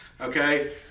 Okay